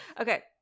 Okay